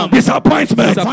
Disappointment